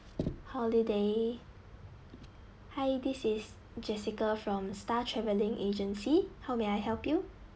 holiday hi this is jessica from star travelling agency how may I help you